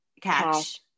catch